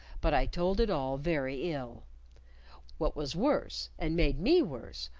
but i told it all very ill what was worse, and made me worse,